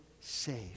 saved